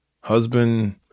husband